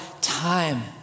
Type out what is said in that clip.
time